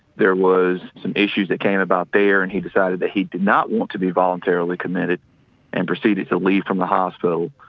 there was some issues that came about there and he decided that he did not want to be voluntarily committed and proceeded to leave from the hospital.